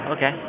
Okay